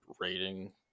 rating